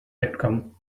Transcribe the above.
outcome